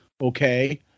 okay